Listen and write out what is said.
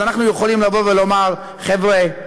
אז אנחנו יכולים לבוא ולומר: חבר'ה,